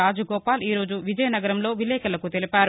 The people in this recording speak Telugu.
రాజగోపాల్ ఈ రోజు విజయనగరంలో విలేకరులకు తెలిపారు